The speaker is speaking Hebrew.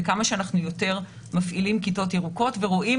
כמה שאנחנו יותר מפעילים כיתות ירוקות ורואים